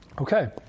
Okay